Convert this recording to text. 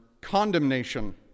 condemnation